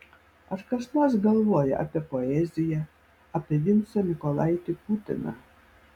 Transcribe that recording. ar kas nors galvoja apie poeziją apie vincą mykolaitį putiną